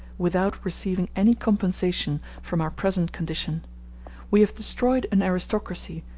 without receiving any compensation from our present condition we have destroyed an aristocracy,